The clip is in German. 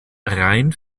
rein